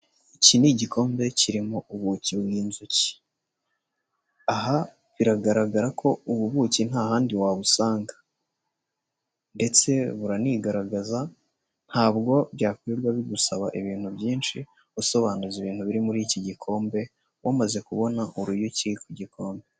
Iki ni igikombe kirimo ubuki bw'inzuki, aha biragaragara ko ubu buki ntahandi wabusanga ndetse buranigaragaza ntabwo byakwirirwa bigusaba ibintu byinshi usobanuza ibintu biri muri iki gikombe wamaze kubona uruyuki ku gikombe.